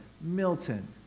milton